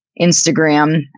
Instagram